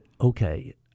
okay